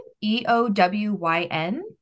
E-O-W-Y-N